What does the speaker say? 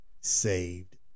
saved